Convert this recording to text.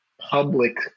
public